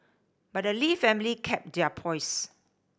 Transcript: but the Lee family kept their poise